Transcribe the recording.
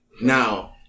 Now